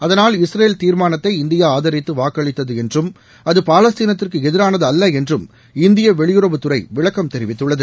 அதனால் இஸ்ரேல் தீர்மானத்தை இந்தியா ஆதரித்து வாக்களித்தது என்றும் அது பாலஸ்தீளத்திற்கு எதிரானது அல்ல என்றும் இந்திய வெளியுறவுத்துறை விளக்கம் தெரிவித்துள்ளது